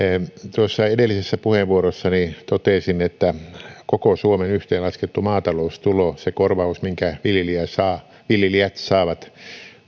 tuossa edellisessä puheenvuorossani totesin että koko suomen yhteenlaskettu maataloustulo se korvaus minkä viljelijät saavat